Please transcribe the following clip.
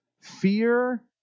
fear